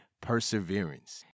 perseverance